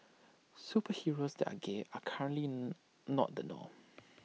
superheroes that are gay are currently not the norm